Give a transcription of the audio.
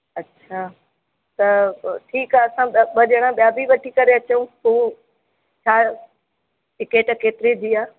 अच्छा त ठीकु आहे असां ॿ ॿ ॼणा ॿियां बि वठी करे अचूं हू छा टिकेट केतिरे जी आहे